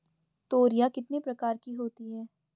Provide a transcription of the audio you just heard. तोरियां कितने प्रकार की होती हैं?